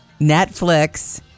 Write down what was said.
Netflix